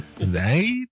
Right